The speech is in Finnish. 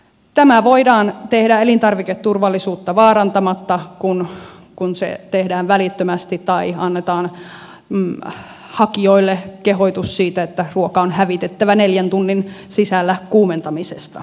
tämä voidaan tehdä elintarviketurvallisuutta vaarantamatta kun se tehdään välittömästi tai annetaan hakijoille kehotus siitä että ruoka on hävitettävä neljän tunnin sisällä kuumentamisesta